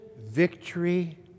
victory